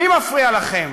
מי מפריע לכם?